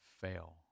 fail